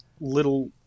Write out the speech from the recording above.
little